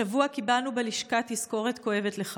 השבוע קיבלנו בלשכה תזכורת לכך.